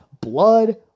blood